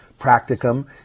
practicum